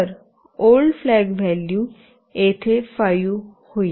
तर old flag old flag value येथे 5 होईल